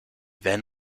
then